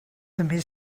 també